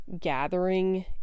gathering